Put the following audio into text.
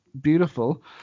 beautiful